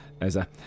Eza